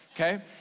okay